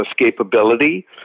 escapability